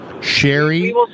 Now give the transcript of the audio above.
Sherry